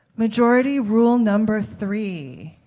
majority rule number three.